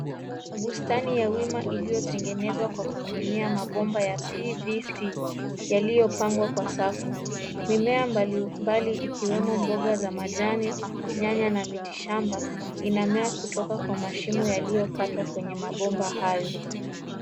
Bustani ya wima iliyotengenezwa kwa kutumia mabomba ya PVC yaliyopangwa kwa safu. Mimea mbalimbali ikiwemo mboga za majani nyanya na miti shamba inamea kutoka kwa mashimo yaliyokatwa kwenye mabomba hayo.